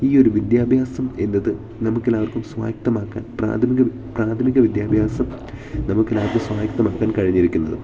ഈ ഒരു വിദ്യാഭ്യാസം എന്നത് നമുക്കെല്ലാവർക്കും സ്വായക്തമാക്കാൻ പ്രാഥമിക പ്രാഥമിക വിദ്യാഭ്യാസം നമുക്കെല്ലാവർക്കും സ്വായക്തമാക്കാൻ കഴിഞ്ഞിരിക്കുന്നത്